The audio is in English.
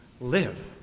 live